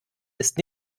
ist